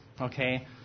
Okay